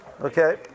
Okay